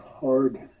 hard